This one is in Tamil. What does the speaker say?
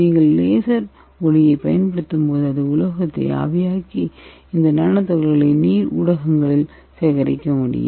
நீங்கள் லேசர் ஒளியைப் பயன்படுத்தும்போது அது உலோகத்தை ஆவியாக்கி இந்த நானோ துகள்களை நீர் ஊடகங்களில் சேகரிக்க முடியும்